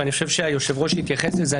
ואני חושב שהיושב-ראש מתייחס לזה,